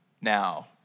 now